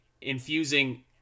infusing